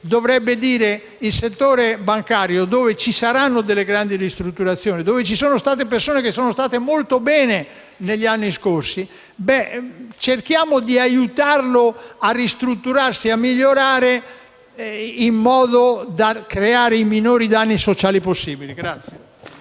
dovrebbe dire che il settore bancario, dove saranno apportate grandi ristrutturazioni e dove ci sono persone che sono state molto bene negli anni scorsi, verrà da noi aiutato a ristrutturarsi e a migliorare, in modo da creare i minori danni sociali possibili.